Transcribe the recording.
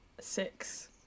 six